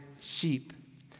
sheep